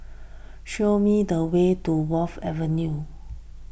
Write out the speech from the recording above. show me the way to Wharf Avenue